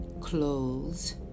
clothes